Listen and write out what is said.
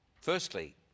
firstly